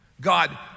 God